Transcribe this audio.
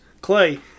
Clay